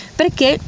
perché